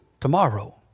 tomorrow